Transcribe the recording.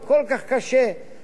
במדינת ישראל,